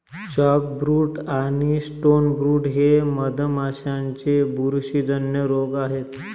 chalkbrood आणि stonebrood हे मधमाशांचे बुरशीजन्य रोग आहेत